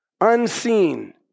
unseen